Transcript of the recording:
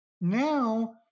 Now